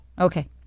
Okay